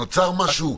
נוצר משהו?